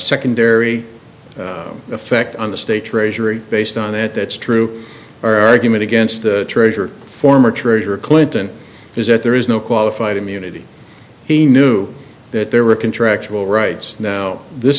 secondary effect on the state treasury based on it that's true our argument against the treasury former treasury clinton is that there is no qualified immunity he knew that there were contractual rights now this